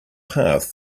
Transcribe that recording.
path